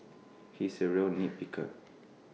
he is A real nit picker